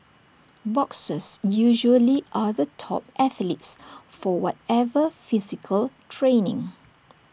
boxers usually are the top athletes for whatever physical training